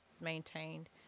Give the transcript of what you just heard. maintained